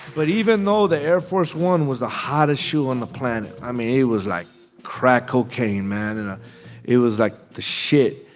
but even though the air force one was the hottest shoe on the planet, i mean, it was like crack cocaine, man. and ah it was like the shit.